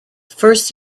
first